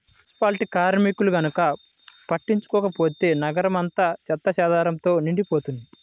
municipality కార్మికులు గనక పట్టించుకోకపోతే నగరం అంతా చెత్తాచెదారంతో నిండిపోతది